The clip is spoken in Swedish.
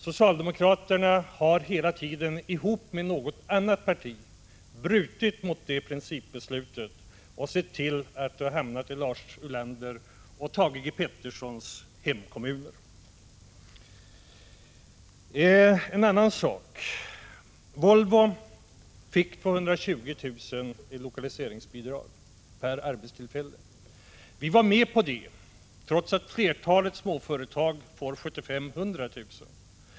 Socialdemokraterna har hela tiden — ihop med något annat parti — brutit mot detta principbeslut och sett till att åtgärderna har gjorts i Lars Ulanders och Thage G. Petersons hemkommuner. En annan sak: Volvo fick 220 000 kr. i lokaliseringsbidrag per arbetstillfälle. Vi var med på det trots att flertalet småföretag får 75 000-100 000 kr.